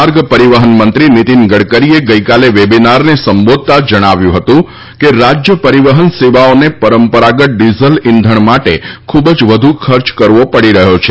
માર્ગ પરિવહન મંત્રી નીતિન ગડકરીએ ગઈકાલે વેબીનારને સંબોધતાં જણાવ્યું હતું કે રાજ્ય પરિવહન સેવાઓને પરંપરાગત ડિઝલ ઇંધણ માટે ખૂબ જ વધુ ખર્ચ કરવો પડી રહ્યો છે